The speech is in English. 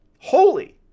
holy